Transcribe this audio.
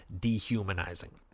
dehumanizing